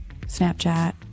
Snapchat